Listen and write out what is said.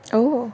oh